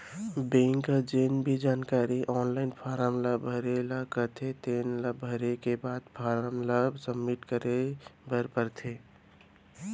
bank ह जेन भी जानकारी आनलाइन फारम ल भरे ल कथे तेन ल भरे के बाद फारम ल सबमिट करे बर परथे